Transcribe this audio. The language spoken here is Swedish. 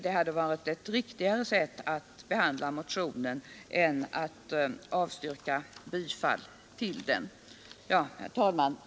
Det hade varit ett riktigare sätt att behandla motionen än att bara avstyrka den. Herr talman!